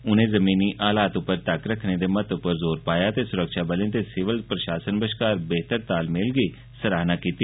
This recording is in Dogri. उनें जमीनी हालात उप्पर तक्क रक्खने दे महत्व उप्पर जोर पाया ते सुरक्षा बलें ते सिविल प्रशासन बश्कार बेह्तर तालमेल दी सराह्ना बी कीती